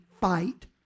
fight